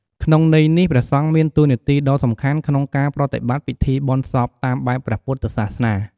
ក្នុងន័យនេះ ព្រះសង្ឃមានតួនាទីដ៏សំខាន់ក្នុងការប្រតិបត្តិពិធីបុណ្យសពតាមបែបព្រះពុទ្ធសាសនា។